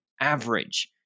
average